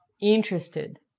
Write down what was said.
interested